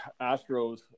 Astros